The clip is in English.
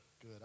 good